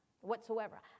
whatsoever